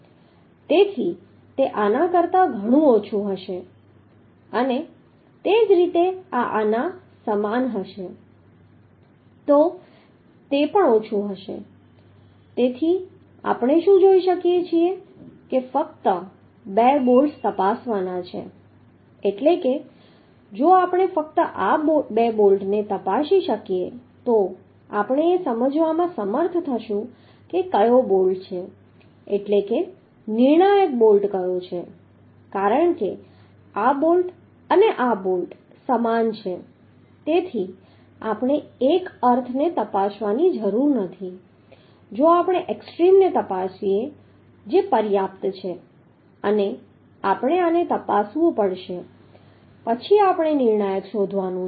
તેથી તે આના કરતા ઘણું ઓછું હશે અને તે જ રીતે આ આના સમાન હશે તો તે પણ ઓછું હશે તેથી આપણે શું જોઈ શકીએ છીએ કે આપણે ફક્ત બે બોલ્ટ્સ તપાસવાના છે એટલે કે જો આપણે ફક્ત આ બે બોલ્ટને તપાસી શકીએ તો આપણે એ સમજવામાં સમર્થ થશુ કે કયો બોલ્ટ છે એટલે નિર્ણાયક બોલ્ટ કયો છે કારણ કે આ બોલ્ટ અને આ બોલ્ટ સમાન છે તેથી આપણે એક અર્થને તપાસવાની જરૂર નથી જો આપણે એક્સ્ટ્રીમને તપાસીએ જે પર્યાપ્ત છે અને આપણે આને તપાસવું પડશે પછી આપણે નિર્ણાયક શોધવાનું છે